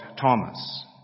Thomas